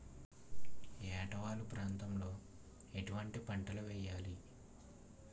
ఏటా వాలు ప్రాంతం లో ఎటువంటి పంటలు వేయాలి?